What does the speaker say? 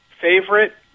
favorite